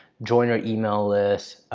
join your email list,